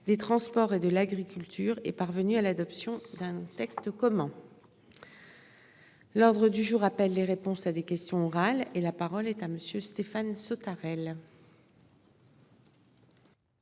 des transports et de l'agriculture est parvenu à l'adoption d'un texte commun. L'ordre du jour appelle les réponses à des questions orales et la parole est à monsieur Stéphane Sautarel.